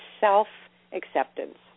self-acceptance